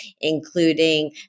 including